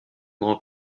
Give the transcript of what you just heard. grand